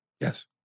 Yes